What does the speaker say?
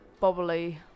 bubbly